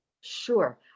Sure